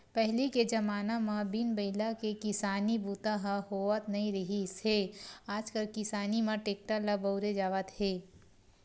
पहिली के जमाना म बिन बइला के किसानी बूता ह होवत नइ रिहिस हे आजकाल किसानी म टेक्टर ल बउरे जावत हे